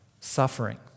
suffering